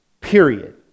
period